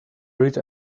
rich